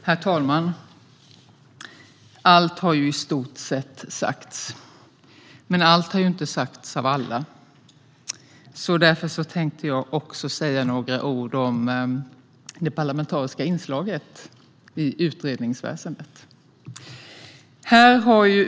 Herr talman! Allt har ju i stort sett sagts, men allt har inte sagts av alla. Därför tänkte jag också säga några ord om det parlamentariska inslaget i utredningsväsendet.